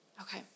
Okay